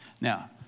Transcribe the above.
Now